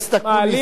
חבר הכנסת אקוניס,